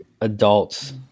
adults